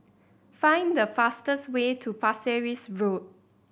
find the fastest way to Pasir Ris Road